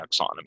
Taxonomy